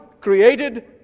created